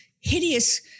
hideous